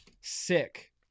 sick